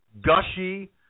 gushy